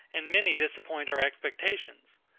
and many disappoint our expectations.